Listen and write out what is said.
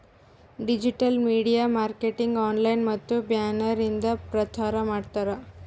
digital media marketing online ಮತ್ತ banner ಇಂದ ಪ್ರಚಾರ್ ಮಾಡ್ತಾರ್